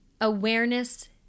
Awareness